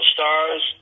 Stars